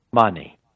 money